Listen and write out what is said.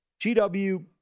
GW